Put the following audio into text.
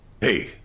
Hey